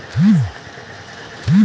UPI से पैसा भेजल सुरक्षित होला का?